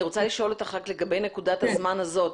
אני רוצה לשאול אותך לגבי נקודת הזמן הזאת,